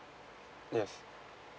yes